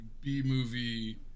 b-movie